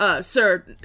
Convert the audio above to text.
sir